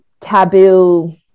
taboo